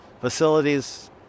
facilities